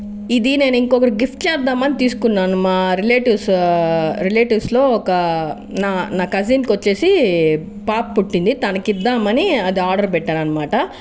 ఇది నేను ఇంకొకరికి గిఫ్ట్ చేద్దామని తీసుకున్నాను మా రిలేటివ్స్ రిలేటివ్స్లో ఒక నా నా కజిన్కు వచ్చి పాప పుట్టింది తనకు ఇద్దామని అది ఆర్డర్ పెట్టాను అన్నమాట